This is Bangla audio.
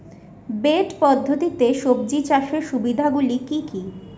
বেড পদ্ধতিতে সবজি চাষের সুবিধাগুলি কি কি?